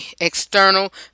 external